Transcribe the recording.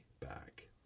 back